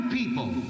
people